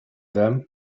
them